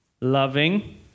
Loving